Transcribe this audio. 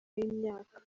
y’imyaka